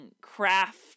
craft